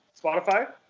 Spotify